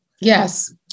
Yes